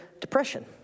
depression